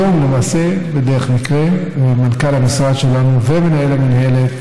היום למעשה בדרך מקרה מנכ"ל המשרד שלנו ומנהל המינהלת